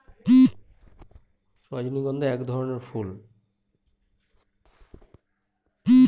রজনীগন্ধা এক রকমের ফুল যাকে ইংরেজিতে টিউবার রোজ বলা হয়